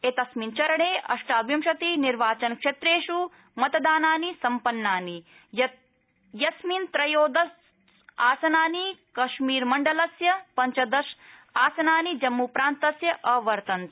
एतस्मिन् चरणे अष्टाविंशति निर्वाचन क्षेत्रेष् मतदानानि सम्पन्नानि यत्र यस्मिन् त्रयोदश आसनानि कश्मीर मण्डलस्य पञ्चदश आसनानि जम्मूप्रान्तस्य अवर्तन्त